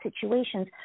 situations